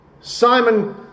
Simon